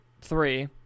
three